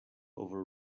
over